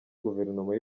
guverinoma